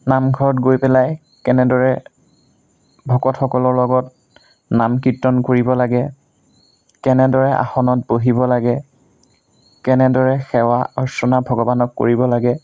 নামঘৰত গৈ পেলাই কেনেদৰে ভকতসকলৰ লগত নাম কীৰ্তন কৰিব লাগে কেনেদৰে আসনত বহিব লাগে কেনেদৰে সেৱা অৰ্চনা ভগৱানক কৰিব লাগে